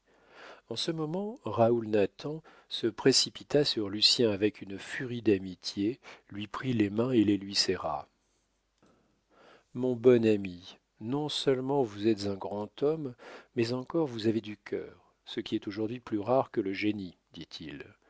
en ce moment raoul nathan se précipita sur lucien avec une furie d'amitié lui prit les mains et les lui serra mon bon ami non-seulement vous êtes un grand homme mais encore vous avez du cœur ce qui est aujourd'hui plus rare que le génie dit-il